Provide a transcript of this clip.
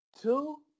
Two